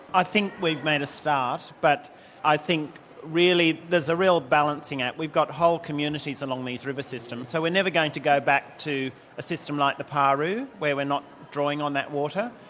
i think we've made a start but i think really there's a real balancing act. we've got whole communities along these river systems so we're never going to go back to a system like the paroo where we're not drawing on that water.